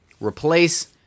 replace